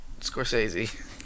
Scorsese